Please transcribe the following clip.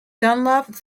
dunlop